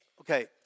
Okay